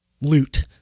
loot